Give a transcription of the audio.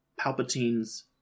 Palpatine's